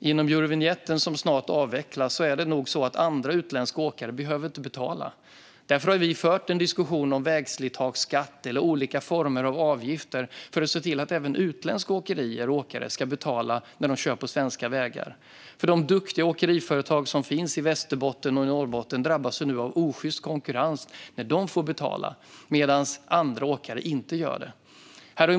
Genom eurovinjetten, som snart avvecklas, behöver utländska åkare inte betala. Därför har vi fört en diskussion om vägslitageskatt eller olika former av avgifter för att även utländska åkerier och åkare ska betala när de kör på svenska vägar. De duktiga åkeriföretag som finns i Västerbotten och Norrbotten drabbas ju nu av osjyst konkurrens när de får betala medan andra åkare inte gör det.